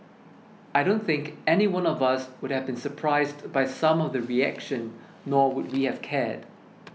I don't think anyone of us would have been surprised by some of the reaction nor would we have cared